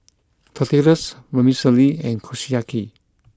Tortillas Vermicelli and Kushiyaki